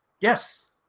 yes